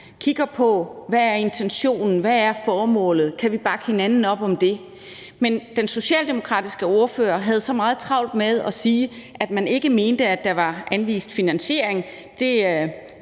kigger på, hvad der er intentionen, hvad der er formålet, og om vi kan bakke hinanden op i det. Men den socialdemokratiske ordfører havde så travlt med at sige, at man ikke mente, at der var anvist en finansiering – det